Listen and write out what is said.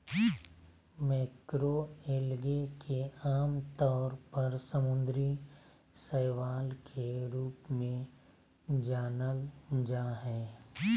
macroalgae के आमतौर पर समुद्री शैवाल के रूप में जानल जा हइ